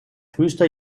frühester